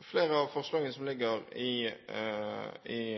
Flere av forslagene som ligger i